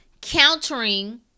countering